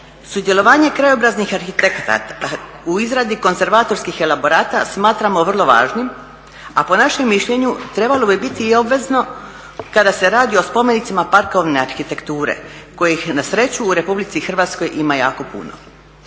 Sudjelovanje krajobraznih arhitekata u izradi konzervatorskih elaborata smatramo vrlo važnim, a po našem mišljenju trebalo bi biti i obvezno kada se radi o spomenicima parkovne arhitekture kojih na sreću u RH ima jako puno.